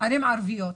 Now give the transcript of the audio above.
ערים ערביות.